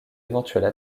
éventuelle